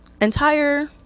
entire